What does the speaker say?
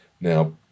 Now